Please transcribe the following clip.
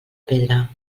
pedra